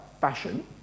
fashion